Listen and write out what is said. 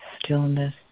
stillness